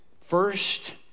first